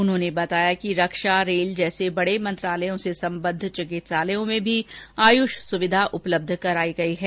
उन्होंने रक्षा रेल जैसे बडे मंत्रालयों से सम्बद्व चिकित्सालयों में भी आयुष सुविधा उपलब्ध कराई गयी है